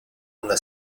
una